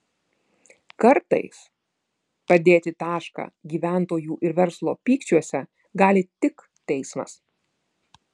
kartais padėti tašką gyventojų ir verslo pykčiuose gali tik teismas